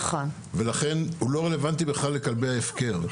לכן הוא לא רלוונטי בכלל לכלבי ההפקר.